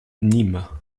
nîmes